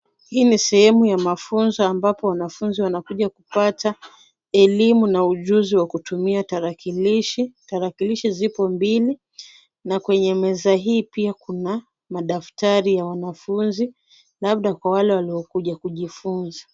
Hili ni sehemu ya mafunzo ambapo wanafunzi wanakuja kupata elimu na ujuzi wa kutumia tarakilishi. Tarakilishi zipo mbili na kwenye meza hili pia kuna madaftari ya wanafunzi labda kwa wale waliokuja kujifunza.